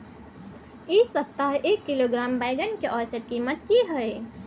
इ सप्ताह एक किलोग्राम बैंगन के औसत कीमत की हय?